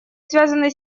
связаны